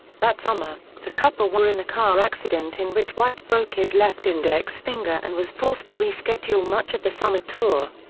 that summer, the couple were in a car accident in which white broke his left index finger and was forced to reschedule much of the summer tour.